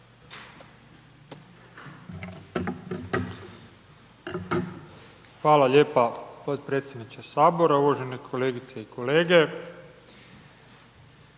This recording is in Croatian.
Hvala lijepa potpredsjedniče Sabora, uvažene kolegice i kolege.